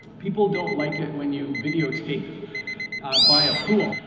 people don't like it when you videotape by a pool.